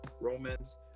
Romance